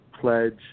Pledge